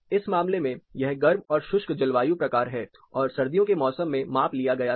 इस मामले में यह गर्म और शुष्क जलवायु प्रकार है और सर्दियों के मौसम में माप लिया गया था